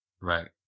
right